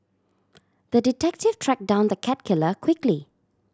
the detective tracked down the cat killer quickly